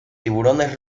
tiburones